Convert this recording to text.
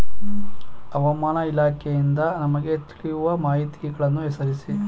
ಹವಾಮಾನ ಇಲಾಖೆಯಿಂದ ನಮಗೆ ತಿಳಿಯುವ ಮಾಹಿತಿಗಳನ್ನು ಹೆಸರಿಸಿ?